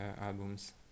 albums